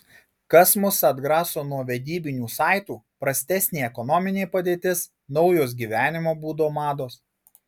kas mus atgraso nuo vedybinių saitų prastesnė ekonominė padėtis naujos gyvenimo būdo mados